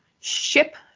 ship